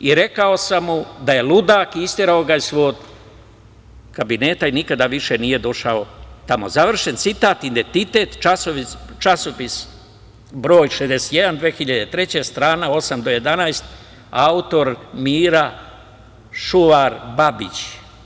I rekao sam mu da je ludak i isterao ga iz kabineta i nikada više nije došao tamo“, završen citat, „Identitet“ časopis, broj 61, 2003, strane 8-11, autor Mira Šuar Babić.